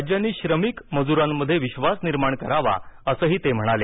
राज्यांनी श्रमिक मजुरांमध्ये विश्वास निर्माण करावा असंही ते म्हणाले